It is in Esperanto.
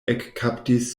ekkaptis